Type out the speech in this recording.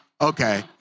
Okay